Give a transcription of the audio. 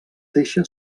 deixa